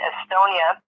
Estonia